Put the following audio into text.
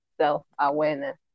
self-awareness